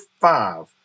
five